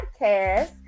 Podcast